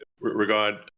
regard